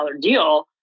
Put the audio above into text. deal